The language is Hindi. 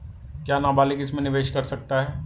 क्या नाबालिग इसमें निवेश कर सकता है?